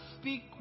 speak